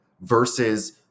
versus